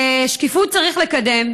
שקיפות צריך לקדם,